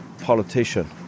politician